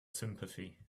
sympathy